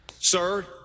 sir